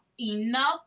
enough